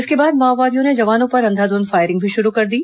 इसके बाद माओवादियों ने जवानों पर अंधाधुंध फायरिंग भी शुरू कर दी